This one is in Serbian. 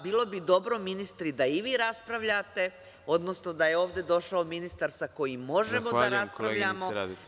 Bilo bi dobro ministri da i vi raspravljate, odnosno da je vode došao ministar sa kojim možemo da raspravljamo.